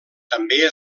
també